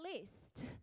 list